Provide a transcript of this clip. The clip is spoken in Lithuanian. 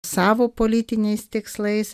savo politiniais tikslais